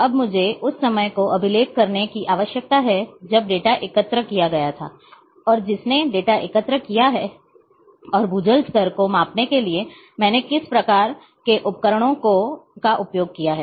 अब मुझे उस समय को अभिलेख करने की आवश्यकता है जब डेटा एकत्र किया गया था और जिसने डेटा एकत्र किया है और भूजल स्तर को मापने के लिए मैंने किस प्रकार के उपकरणों का उपयोग किया है